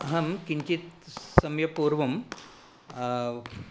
अहं किञ्चित् समयपूर्वं